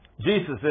Jesus